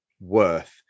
worth